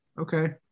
Okay